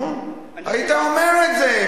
נו, הייתי אומר את זה.